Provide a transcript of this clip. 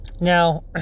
Now